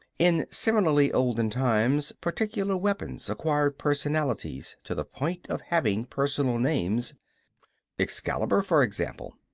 in similarly olden times, particular weapons acquired personalities to the point of having personal names excalibur, for example.